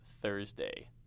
Thursday